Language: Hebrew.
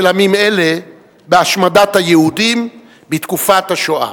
עמים אלה בהשמדת היהודים בתקופת השואה.